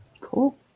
Cool